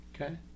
Okay